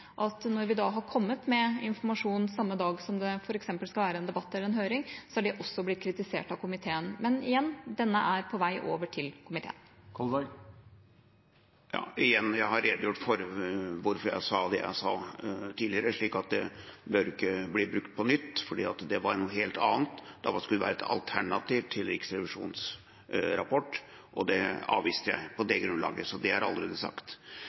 at når vi har kommet med informasjon samme dag som det f.eks. skal være en debatt eller en høring, har det også blitt kritisert av komiteen. Men igjen: Denne er på vei over til komiteen. Igjen: Jeg har redegjort for hvorfor jeg sa det jeg sa tidligere. Det bør ikke bli brukt på nytt, for det var noe helt annet. Det var at det skulle være et alternativ til Riksrevisjonens rapport. Det avviste jeg på det grunnlaget, så det er allerede sagt.